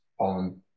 on